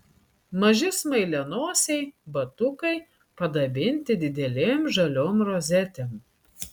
maži smailianosiai batukai padabinti didelėm žaliom rozetėm